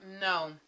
No